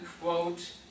quote